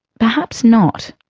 perhaps not.